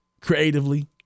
creatively